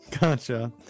Gotcha